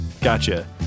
Gotcha